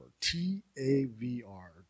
T-A-V-R